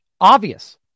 Obvious